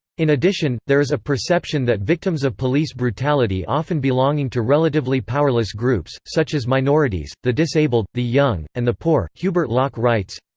in addition, there is a perception that victims of police brutality often belonging to relatively powerless groups, such as minorities, the disabled, the young, and the poor hubert locke writes,